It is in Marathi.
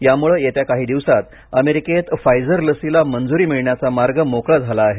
यामुळे येत्या काही दिवसांत अमेरिकेत फायझर लसीला मंजूरी मिळण्याचा मार्ग मोकळा झाला आहे